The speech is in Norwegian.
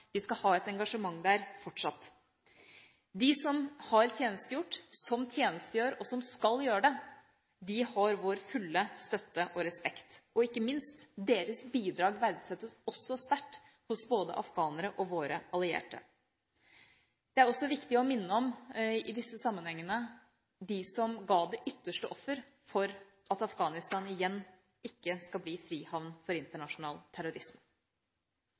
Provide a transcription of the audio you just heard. Vi skal ha et engasjement der fortsatt. De som har tjenestegjort, de som tjenestegjør, og de som skal gjøre det, har vår fulle støtte og respekt, og ikke minst: Deres bidrag verdsettes også sterkt både hos afghanere og våre allierte. Det er også i disse sammenhengene viktig å minne om dem som ga det ytterste offer for at Afghanistan ikke igjen skal bli frihavn for internasjonal terrorisme.